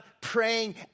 praying